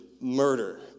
murder